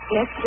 Yes